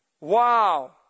Wow